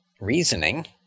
reasoning